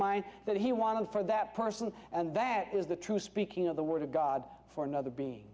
mind that he wanted for that person and that is the true speaking of the word of god for another be